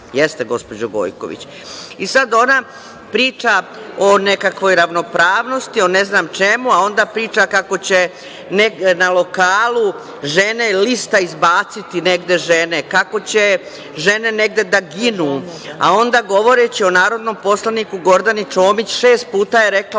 Sada ona priča o nekakvoj ravnopravnosti, o ne znam čemu a onda priča kako će na lokalu žene lista izbaciti negde žene, kako će žene negde da ginu, a onda govoreći o narodnom poslaniku Gordani Čomić, šest puta je rekla